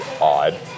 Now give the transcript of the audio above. odd